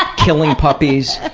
ah killing puppies,